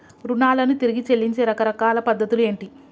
రుణాలను తిరిగి చెల్లించే రకరకాల పద్ధతులు ఏంటి?